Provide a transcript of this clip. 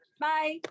Bye